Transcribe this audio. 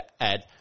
add